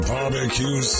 Barbecue